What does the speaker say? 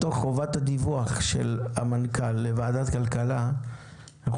בתוך חובת הדיווח של המנכ"ל לוועדת הכלכלה אנחנו